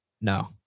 No